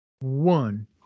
One